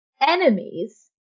enemies